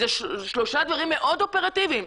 זה שלושה דברים מאוד אופרטיביים.